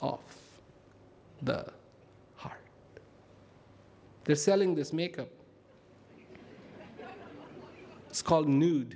of the heart the selling this make up it's called nude